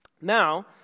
Now